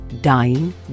dying